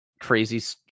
crazy